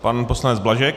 Pan poslanec Blažek.